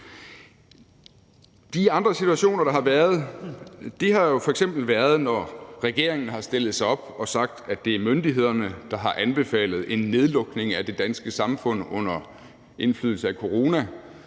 De andre situationer, der har været, har f.eks. været, når regeringen har stillet sig op og sagt, at det er myndighederne, der har anbefalet en nedlukning af det danske samfund under indflydelse af corona,